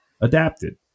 adapted